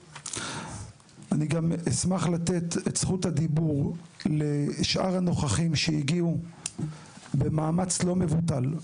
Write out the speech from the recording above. אני גם אשמח לתת את זכות הדיבור לשאר הנוכחים שהגיעו במאמץ לא מבוטל.